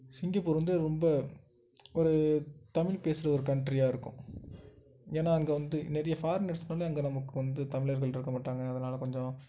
Singapore வந்து ரொம்ப ஒரு தமிழ் பேசுகிற ஒரு கன்ட்ரியாக இருக்கும் ஏன்னா அங்கே வந்து நிறையா ஃபாரினர்ஸ்னாலே அங்கே நமக்கு வந்து தமிழர்களிருக்க மாட்டாங்க அதனால் கொஞ்சம்